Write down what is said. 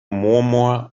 murmur